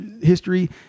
history